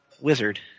Wizard